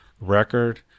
Record